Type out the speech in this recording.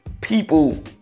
people